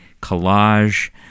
collage